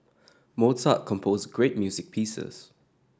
Mozart composed great music pieces